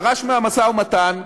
פרש מהמשא-ומתן,